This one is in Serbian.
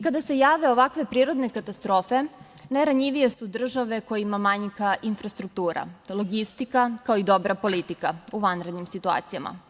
Kada se jave ovakve prirodne katastrofe, najranjivije su države kojima manjka infrastruktura, logistika, kao i dobra politika u vanrednim situacijama.